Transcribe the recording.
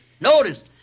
Notice